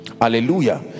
hallelujah